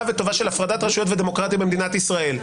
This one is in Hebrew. של הפרדת רשויות ודמוקרטיה במדינת ישראל.